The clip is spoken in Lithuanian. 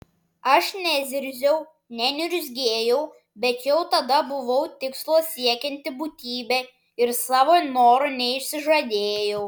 aš nezirziau neniurzgėjau bet jau tada buvau tikslo siekianti būtybė ir savo noro neišsižadėjau